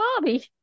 Bobby